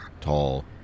tall